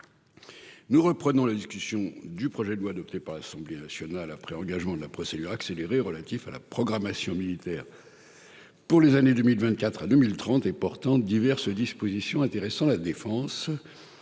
Nous reprenons l'examen du projet de loi, adopté par l'Assemblée nationale, après engagement de la procédure accélérée, relatif à la programmation militaire pour les années 2024 à 2030 et portant diverses dispositions intéressant la défense.